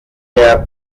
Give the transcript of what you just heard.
der